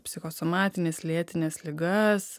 psichosomatines lėtines ligas